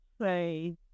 say